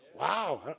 Wow